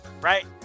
right